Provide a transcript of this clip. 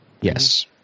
Yes